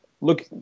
look